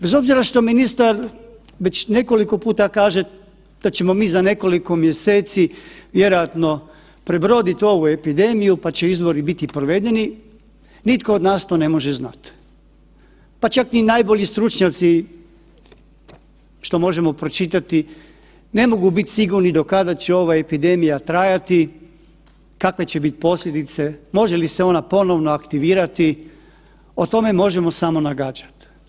Bez obzira što ministar već nekoliko puta kaže da ćemo mi za nekoliko mjeseci vjerojatno prebroditi ovu epidemiju pa će izbori biti provedeni, nitko od nas to ne može znati pa čak ni najbolji stručnjaci ne mogu biti sigurni do kada će ova epidemija trajati, kakve će biti posljedice, može li se ona ponovno aktivirati, o tome možemo samo nagađati.